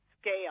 scale